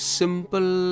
simple